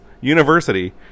University